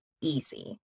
easy